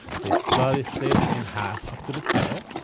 they slice it in half up to the tail,